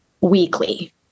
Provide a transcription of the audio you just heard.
weekly